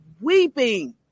weeping